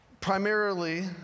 primarily